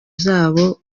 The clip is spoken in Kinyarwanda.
zabo